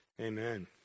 Amen